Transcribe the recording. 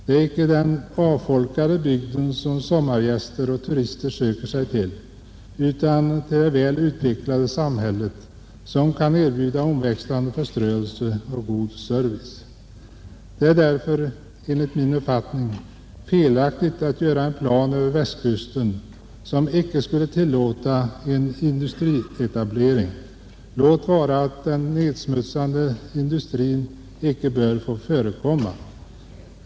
Det är icke den avfolkade bygden som sommargäster och turister söker sig till, utan det väl utvecklade samhället som kan erbjuda omväxlande förströelse och god service. Det är därför enligt min uppfattning felaktigt att göra en plan över Västkusten som icke skulle tillåta en industrietablering, låt vara att nedsmutsande industrier icke bör få förekomma.